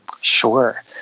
Sure